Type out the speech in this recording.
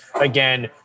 again